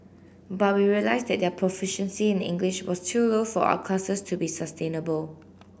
but we realised that their proficiency in English was too low for our classes to be sustainable